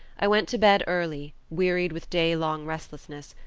i went to bed early, wearied with day-long restlessness,